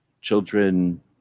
children